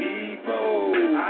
People